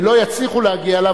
ולא יצליחו להגיע אליו,